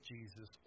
Jesus